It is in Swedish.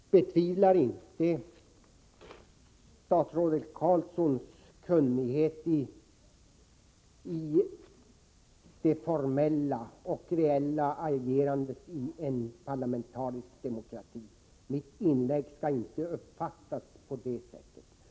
Herr talman! Jag betvivlar inte statsrådet Roine Carlssons kunnighet i det formella och reella agerandet i en parlamentarisk demokrati — mitt inlägg skall inte uppfattas på det sättet.